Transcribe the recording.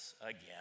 again